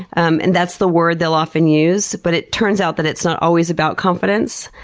um and that's the word they'll often use. but it turns out that it's not always about confidence.